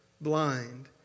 blind